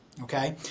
okay